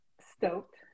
stoked